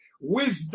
Wisdom